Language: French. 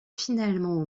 finalement